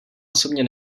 osobně